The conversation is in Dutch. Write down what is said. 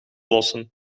lossen